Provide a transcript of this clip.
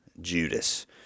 Judas